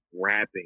rapping